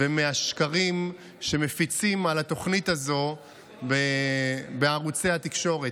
ומהשקרים שמפיצים על התוכנית הזאת בערוצי התקשורת.